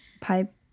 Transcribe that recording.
pipe